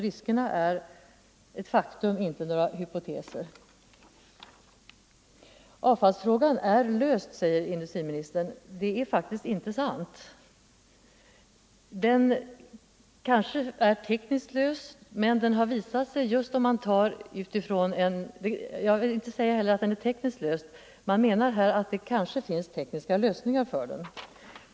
Riskerna är alltså ett faktum, inte någon hypotes. Avfallsfrågan är löst, säger industriministern. Det är faktiskt inte sant. Jag vill inte säga att frågan ens är tekniskt löst. Man menar att det kanske finns tekniska lösningar på den.